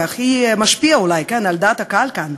והכי משפיע אולי על דעת הקהל כאן,